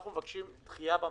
מבקשים דחייה במע"מ,